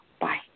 Bye